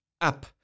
up